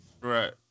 Right